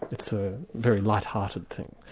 it's a very lighthearted thing.